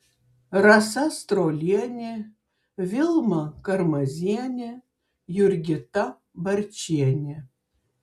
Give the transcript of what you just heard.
rasa strolienė vilma karmazienė jurgita barčienė